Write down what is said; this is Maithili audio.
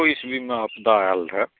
आठों ईस्वीमे आपदा आयल रहऽ